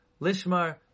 Lishmar